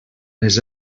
les